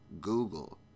Google